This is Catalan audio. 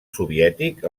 soviètic